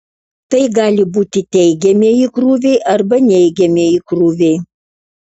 tai gali būti teigiamieji krūviai arba neigiamieji krūviai